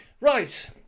Right